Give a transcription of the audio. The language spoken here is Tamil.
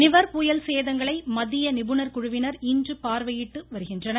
நிவர் புயல் சேதங்களை மத்திய நிபுணர் குழுவினர் இன்று பார்வையிட்டு வருகின்றனர்